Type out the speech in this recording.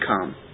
come